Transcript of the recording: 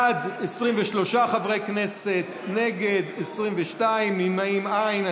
בעד, 23 חברי כנסת, נגד, 22, נמנעים אין.